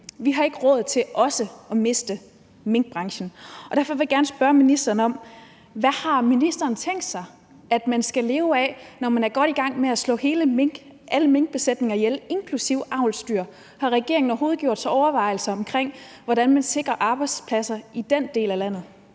Vi har ikke råd til også at miste minkbranchen. Derfor vil jeg gerne spørge ministeren: Hvad har ministeren tænkt sig at folk skal leve af, når man er godt i gang med at slå alle minkbesætninger ihjel, inklusive avlsdyr? Har regeringen overhovedet gjort sig overvejelser om, hvordan man sikrer arbejdspladser i den del af landet?